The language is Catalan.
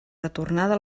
retornada